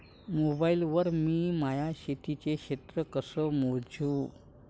Mobile वर मी माया शेतीचं क्षेत्र कस मोजू?